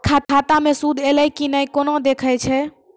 खाता मे सूद एलय की ने कोना देखय छै?